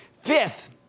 Fifth